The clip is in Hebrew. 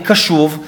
אני קשוב.